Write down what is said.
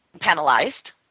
penalized